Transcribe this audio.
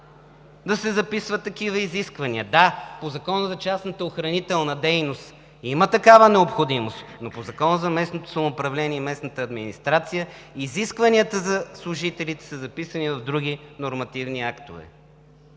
да се записват такива изисквания. Да, по Закона за частната охранителна дейност има такава необходимост, но по Закона за местното самоуправление и местната администрация изискванията за служителите са записани в други нормативни актове.